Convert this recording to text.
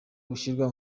gushyirwa